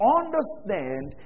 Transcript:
understand